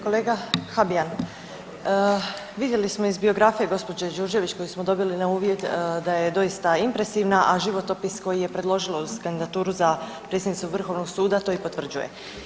Kolega Habijan, vidjeli smo iz biografije gđe. Đurđević koju smo dobili na uvid da je doista impresivna a životopis koji je predložilo kandidaturu za predsjednicu Vrhovnog suda to i potvrđuje.